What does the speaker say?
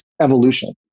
evolution